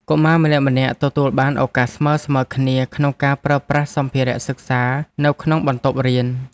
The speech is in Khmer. កុមារម្នាក់ៗទទួលបានឱកាសស្មើៗគ្នាក្នុងការប្រើប្រាស់សម្ភារៈសិក្សានៅក្នុងបន្ទប់រៀន។